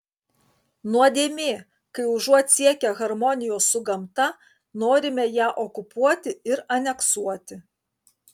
nuodėmė kai užuot siekę harmonijos su gamta norime ją okupuoti ir aneksuoti